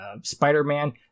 Spider-Man